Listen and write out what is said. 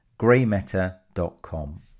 greymeta.com